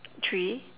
three